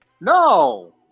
No